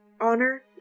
honor